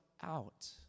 out